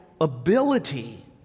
ability